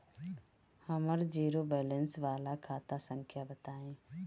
हमर zero balance वाला खाता संख्या बताई?